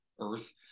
earth